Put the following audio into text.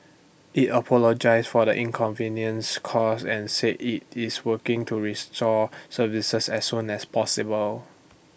IT apologised for the inconvenience caused and said IT is working to restore services as soon as possible